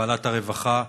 בוועדת הרווחה,